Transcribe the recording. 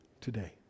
today